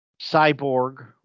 Cyborg